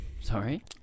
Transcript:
sorry